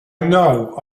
know